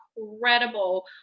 Incredible